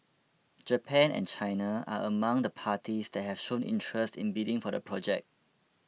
Japan and China are among the parties that have shown interest in bidding for the project